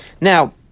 Now